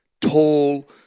tall